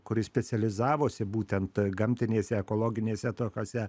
kuris specializavosi būtent gamtinėse ekologinėse tokiose